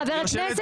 אין לה התנגדות.